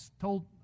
told